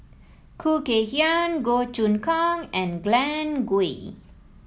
Khoo Kay Hian Goh Choon Kang and Glen Goei